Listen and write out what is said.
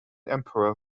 emperor